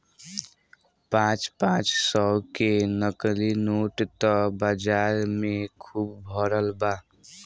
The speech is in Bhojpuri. पाँच पाँच सौ के नकली नोट त बाजार में खुब भरल बा